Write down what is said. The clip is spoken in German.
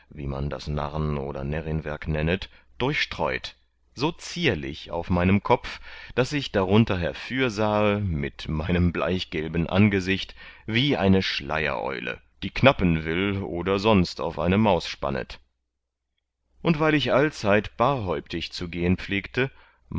wie man das narren oder närrinwerk nennet durchstreut so zierlich auf meinem kopf daß ich darunter herfürsahe mit meinem bleichgelben angesicht wie eine schleiereule die knappen will oder sonst auf eine maus spannet und weil ich allzeit barhäuptig zu gehen pflegte